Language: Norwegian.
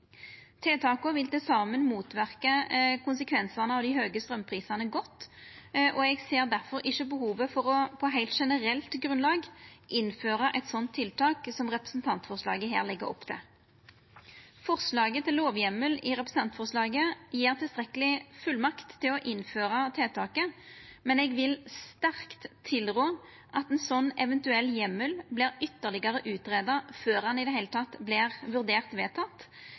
Tiltaka vil til saman motverka konsekvensane av dei høge straumprisane godt, og eg ser difor ikkje behovet for å på heilt generelt grunnlag innføra eit sånt tiltak som representantforslaget her legg opp til. Forslaget til lovheimel i representantforslaget gjev tilstrekkeleg fullmakt til å innføra tiltaket, men eg vil sterkt tilrå at ein sånn eventuell heimel vert ytterlegare greidd ut før han i det heile vert vurdert